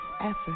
effort